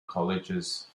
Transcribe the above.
colleges